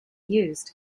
used